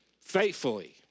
faithfully